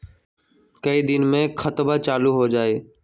कई दिन मे खतबा चालु हो जाई?